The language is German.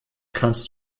kannst